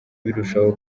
birushaho